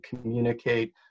communicate